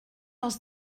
els